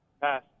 Pass